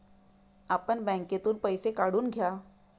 आपण बँकेतून पैसे काढून घ्या